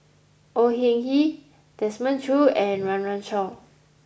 Au Hing Yee Desmond Choo and Run Run Shaw